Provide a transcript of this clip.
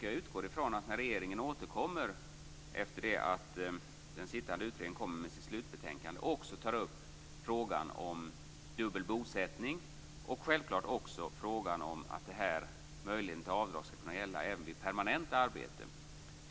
Jag utgår från att när regeringen återkommer efter det att den sittande utredningen har lagt fram sitt slutbetänkande den också tar upp frågan om dubbel bosättning och att möjlighet till avdrag också skall gälla vid permanent arbete.